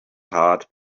heart